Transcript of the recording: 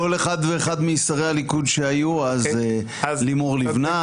כל אחד ואחד משרי הליכוד שהיו אז כמו לימור לבנת,